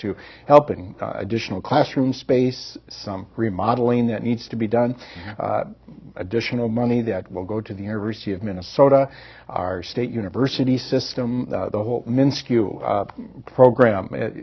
to help in additional classroom space some remodeling that needs to be done additional money that will go to the university of minnesota our state university system the whole minsk you program